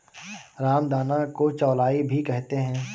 रामदाना को चौलाई भी कहते हैं